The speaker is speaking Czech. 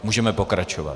Můžeme pokračovat.